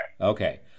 Okay